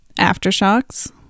Aftershocks